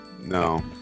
No